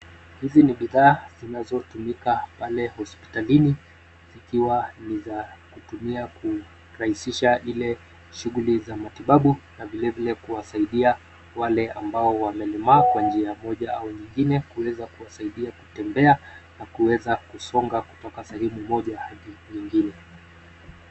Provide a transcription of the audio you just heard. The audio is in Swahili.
Hizi ni bidhaa zinazotumika pale hospitalini. Zikiwa ni za kutumia kurahisisha ile shughuli za matibabu, na vilevile kuwasaidia wale ambao wamelemaa kwa njia moja au nyingine, kuweza kuwasaidia kutembea na kuweza kusonga kutoka sehemu moja hadi nyingine.